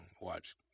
watch